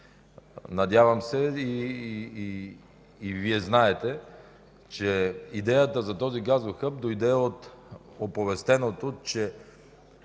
Надявам се и Вие знаете, че идеята за този газов хъб дойде от оповестеното, че